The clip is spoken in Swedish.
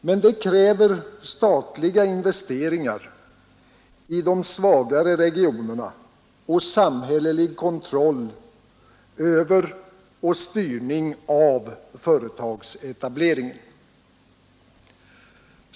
Men det förutsätter statliga investeringar i de svagare regionerna och samhällelig kontroll över och styrning av företagsetableringen.